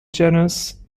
genus